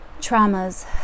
traumas